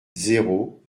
zéro